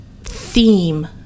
theme